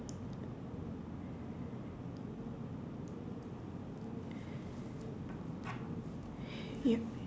yup